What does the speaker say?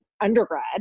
Undergrad